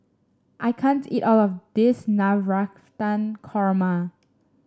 I can't eat all of this Navratan Korma